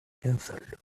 cancelled